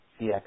CX